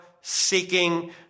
seeking